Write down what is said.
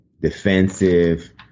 defensive